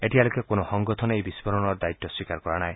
এতিয়ালৈকে কোনো সংগঠনে এই বিস্ফোৰণৰ দায়িত্ব স্বীকাৰ কৰা নাই